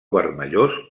vermellós